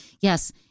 yes